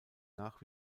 nach